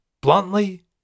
bluntly